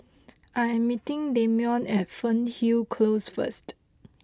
I am meeting Damion at Fernhill Close first